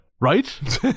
Right